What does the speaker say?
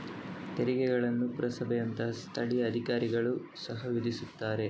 ತೆರಿಗೆಗಳನ್ನು ಪುರಸಭೆಯಂತಹ ಸ್ಥಳೀಯ ಅಧಿಕಾರಿಗಳು ಸಹ ವಿಧಿಸುತ್ತಾರೆ